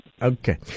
Okay